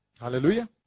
Hallelujah